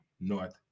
North